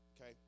okay